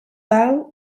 battle